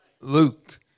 Luke